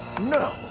No